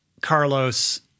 Carlos